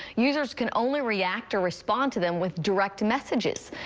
users can only react or respond to them with direct messages.